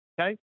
okay